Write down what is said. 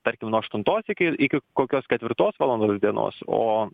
tarkim nuo aštuntos iki iki kokios ketvirtos valandos dienos o